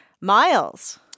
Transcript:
Miles